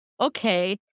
okay